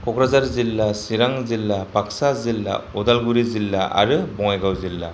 क'क्राझार जिल्ला चिरां जिल्ला बागसा जिल्ला अदालगुरि जिल्ला आरो बङाइगाव जिल्ला